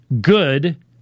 good